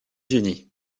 unis